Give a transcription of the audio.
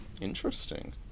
Interesting